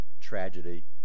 tragedy